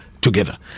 together